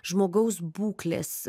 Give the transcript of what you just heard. žmogaus būklės